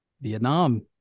Vietnam